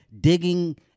digging